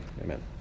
Amen